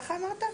ככה אמרת?